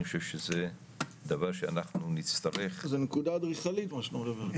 אני חושב שזה דבר שאנחנו נצטרך --- זה נקודה אדריכלית מה שאתה מדבר.